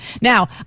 Now